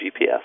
GPS